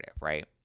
right